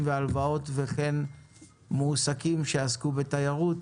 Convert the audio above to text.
ולהלוואות וכן כמועסקים שעסקו בתיירות